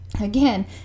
again